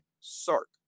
Sark